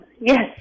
Yes